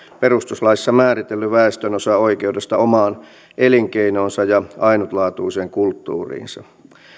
perustuslaissa määritellyn väestönosan oikeudesta omaan elinkeinoonsa ja ainutlaatuiseen kulttuuriinsa